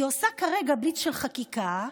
היא עושה כרגע בליץ של חקיקה,